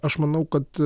aš manau kad